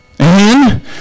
Amen